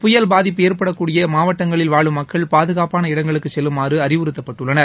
புயல் பாதிப்பு ஏற்படக்கூடிய மாவட்டங்களில் வாழும் மக்கள் பாதுகாப்பான இடங்களுக்கு செல்லுமாறு அறிவுறுத்தப்பட்டுள்ளனர்